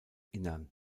innern